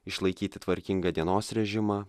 išlaikyti tvarkingą dienos režimą